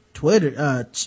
twitter